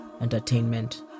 Entertainment